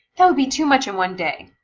that would be too much in one day.